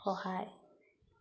সহায়